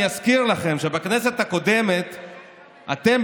אני אזכיר לכם שבכנסת הקודמת אתם,